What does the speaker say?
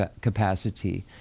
capacity